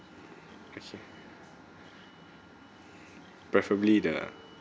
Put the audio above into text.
okay preferably the